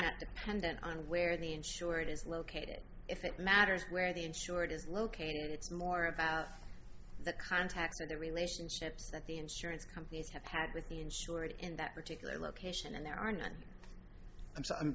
not dependent on where the insured is located if it matters where the insured is located it's more about the contacts or the relationships that the insurance companies have had with the insured in that particular location and there are not i'm so i'm